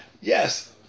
Yes